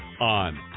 on